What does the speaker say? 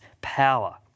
power